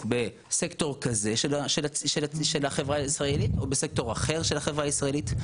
בסקטור כזה של החברה הישראלית או בסקטור אחר של החברה הישראלית.